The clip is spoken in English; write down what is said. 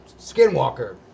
Skinwalker